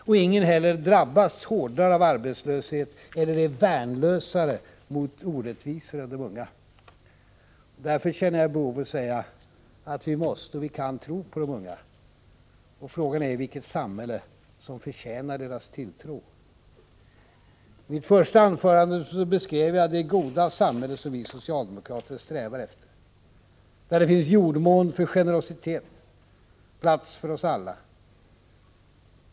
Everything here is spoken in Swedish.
Och inga drabbas heller hårdare av arbetslöshet eller är värnlösare mot orättvisor än de unga. Därför känner jag ett behov av att säga att vi måste — och kan — tro på de unga. Frågan är vilket samhälle som förtjänar de ungas tilltro. I mitt första anförande beskrev jag det goda samhälle som vi socialdemokrater strävar efter, där det finns jordmån för generositet och där det finns plats för oss alla.